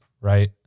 right